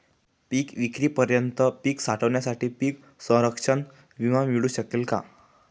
पिकविक्रीपर्यंत पीक साठवणीसाठी पीक संरक्षण विमा मिळू शकतो का?